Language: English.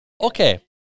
Okay